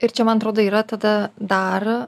ir čia man atrodo yra tada dar